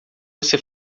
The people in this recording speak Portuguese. você